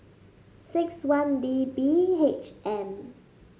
six one D B H M